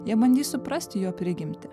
jie bandys suprasti jo prigimtį